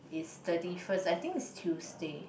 it's thirty first I think is Tuesday